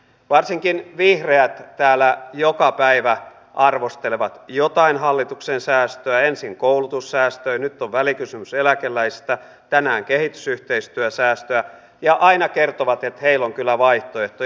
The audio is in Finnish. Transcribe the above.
varsinkin vihreät täällä joka päivä arvostelevat jotain hallituksen säästöä ensin koulutussäästöjä nyt on välikysymys eläkeläisistä tänään kehitysyhteistyösäästöistä ja aina kertovat että heillä on kyllä vaihtoehtoja